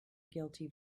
guilty